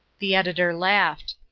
the editor laughed.